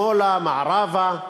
שמאלה, מערבה,